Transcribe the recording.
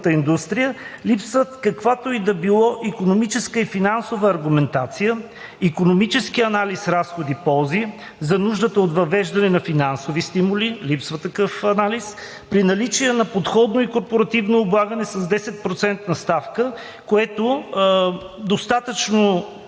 индустрия липсват каквато и да било икономическа и финансова аргументация, икономически анализ „Разходи/ползи“ за нуждата от въвеждане на финансови стимули – липсва такъв анализ, при наличие на подоходно и корпоративно облагане с 10-процентна ставка, което при достатъчно